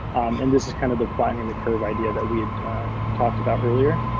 and this is kind of the finding the curve idea that we had talked about earlier.